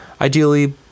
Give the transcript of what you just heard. Ideally